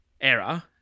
error